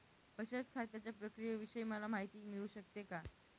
बचत खात्याच्या प्रक्रियेविषयी मला माहिती मिळू शकते का?